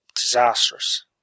disastrous